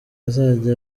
azajya